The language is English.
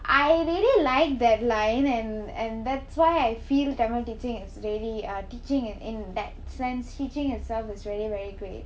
I really liked that line and and that's why I feel tamil teaching is really uh teaching in in that sense teaching itself is very very great